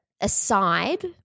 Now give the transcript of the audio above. aside